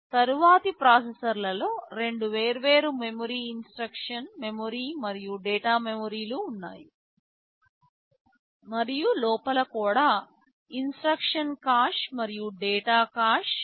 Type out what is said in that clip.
తరువాతి ప్రాసెసర్లలో 2 వేర్వేరు మెమరీ ఇన్స్ట్రక్షన్ మెమరీ మరియు డేటా మెమరీ ఉన్నాయి మరియు లోపల కూడా ఇన్స్ట్రక్షన్ కాష్ మరియు డేటా కాష్ ఉన్నాయి